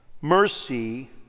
Mercy